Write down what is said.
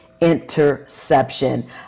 interception